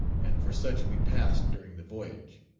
and for such we passed during the voyage.